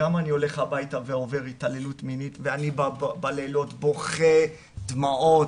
גם אני הולך הביתה ועובר התעללות מינית ואני בלילות בוכה דמעות,